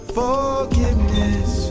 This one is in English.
forgiveness